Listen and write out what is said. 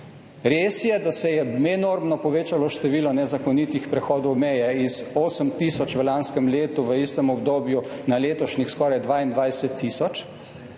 Res je, da se je enormno povečalo število nezakonitih prehodov meje, z 8 tisoč v lanskem letu v istem obdobju na letošnjih skoraj 22 tisoč,